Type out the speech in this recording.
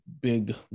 big